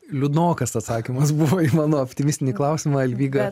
liūdnokas atsakymas buvo į mano optimistinį klausimą alvyga